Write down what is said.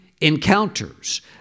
encounters